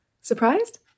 Surprised